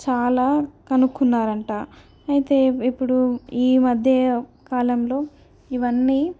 చాలా కనుక్కున్నారట అయితే ఇప్పుడు ఈ మధ్య కాలంలో ఇవన్నీ